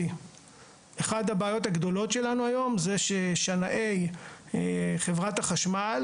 אחת הבעיות הגדולות שלנו היום היא של שנאי חברת החשמל.